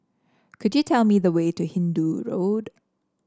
could you tell me the way to Hindoo Road